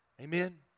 Amen